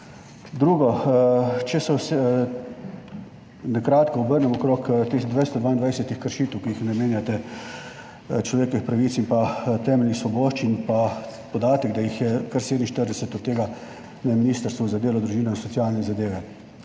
Drugo. Če na kratko okrog tistih 222 kršitev, ki jih omenjate, človekovih pravic in temeljnih svoboščin pa podatka, da jih je kar 47 od tega na Ministrstvu za delo, družino, socialne zadeve